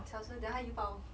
小声一点等一下它又爆